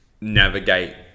navigate